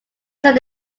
said